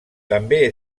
també